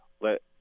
Let